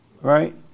Right